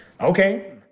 okay